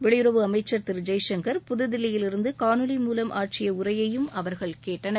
வெளியுறவு அமைச்சர் திரு ஜெய்சங்கர் புது தில்லியிலிருந்து காணொளி மூலம் ஆற்றிய உரையையும் அவர்கள் கேட்டனர்